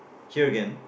here again